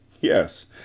Yes